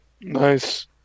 Nice